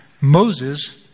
Moses